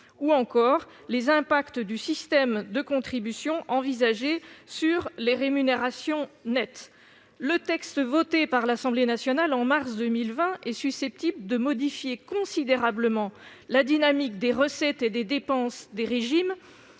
ou encore les effets qu'aurait le système de contributions envisagé sur les rémunérations nettes des fonctionnaires. Les textes adoptés par l'Assemblée nationale en mars 2020 sont susceptibles de modifier considérablement la dynamique des recettes et des dépenses des régimes